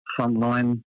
frontline